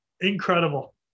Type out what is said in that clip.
Incredible